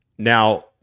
Now